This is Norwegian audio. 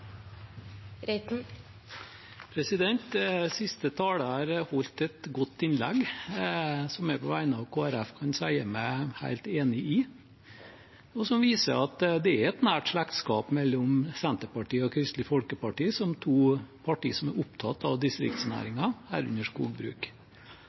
Siste taler holdt et godt innlegg, som jeg på vegne av Kristelig Folkeparti kan si meg helt enig i, og som viser at det er et nært slektskap mellom Senterpartiet og Kristelig Folkeparti som to partier som er opptatt av